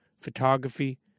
Photography